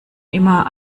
immer